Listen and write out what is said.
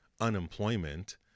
unemployment